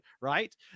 right